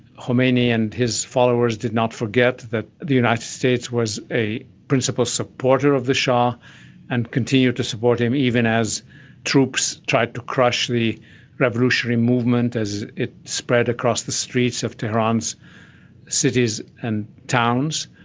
khomeini and his followers did not forget that the united states was a principal supporter of the shah and continued to support him, even as troops tried to crush the revolutionary movement as it spread across the streets of tehran's cities and towns.